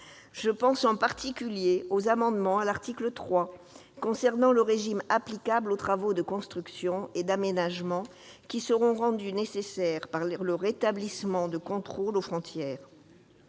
Je pense en particulier aux amendements à l'article 3 concernant le régime applicable aux travaux de construction et d'aménagement qui seront rendus nécessaires par le rétablissement de contrôles aux frontières.